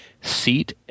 Seat